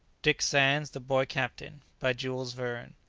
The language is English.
dick sands the boy captain. by jules verne.